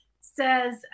says